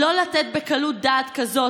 לא לתת בקלות דעת כזו